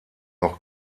noch